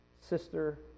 sister